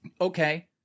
Okay